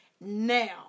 Now